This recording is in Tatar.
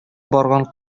барган